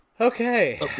Okay